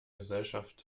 gesellschaft